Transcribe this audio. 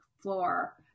floor